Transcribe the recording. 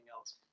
else